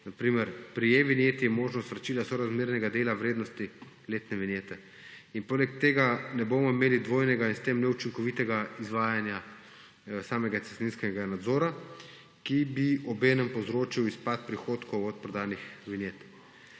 Na primer, pri e-vinjeti je možnost vračila sorazmernega dela vrednosti letne vinjete. Poleg tega ne bomo imeli dvojnega in s tem neučinkovitega izvajanja samega cestninskega nadzora, ki bi obenem povzročil izpad prihodkov od prodanih vinjet.